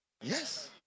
Yes